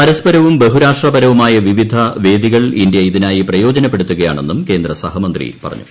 പരസ്പരവും ബഹുരാഷ്ട്രപരവുമായ വിവിധ വേദികൾ ഇന്ത്യ ഇതിനായി പ്രയോജനപ്പെടുത്തുകയാണെന്നും കേന്ദ്രസഹമന്ത്രി പറഞ്ഞു